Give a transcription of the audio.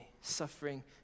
suffering